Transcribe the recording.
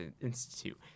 Institute